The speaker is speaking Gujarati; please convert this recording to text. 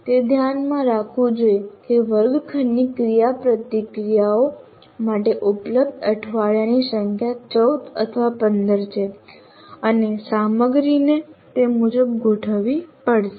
તે ધ્યાનમાં રાખવું જોઈએ કે વર્ગખંડની ક્રિયાપ્રતિક્રિયાઓ માટે ઉપલબ્ધ અઠવાડિયાની સંખ્યા 14 અથવા 15 છે અને સામગ્રીને તે મુજબ ગોઠવવી પડશે